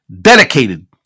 dedicated